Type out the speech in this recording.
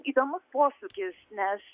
įdomus posūkis nes